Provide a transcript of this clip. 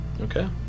Okay